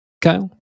Kyle